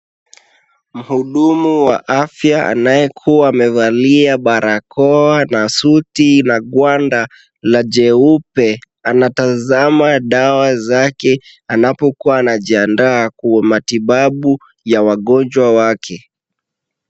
Muhudumu wa afya anayekuwa amevalia barakoa na suti na ngwanda la jeupe, anatazama dawa zake anapokuwa anajiandaa kwa matibabu ya wagonjwa wake.